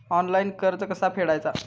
Online कर्ज कसा फेडायचा?